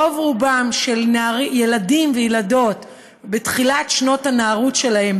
רוב-רובם של הילדים והילדות בתחילת שנות הנערות שלהם,